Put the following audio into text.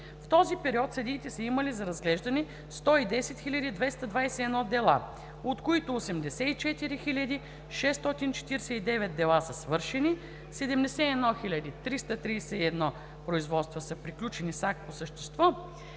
В този период съдиите са имали за разглеждане 110 221 дела, от които 84 649 дела са свършени, 71 331 производства са приключени с акт по същество